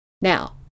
Now